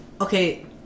Okay